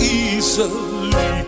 easily